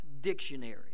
dictionary